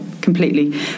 completely